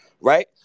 right